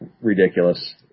ridiculous